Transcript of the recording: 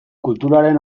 kulturaren